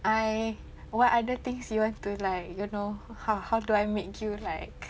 I what other things you want to like you know how how do I make you like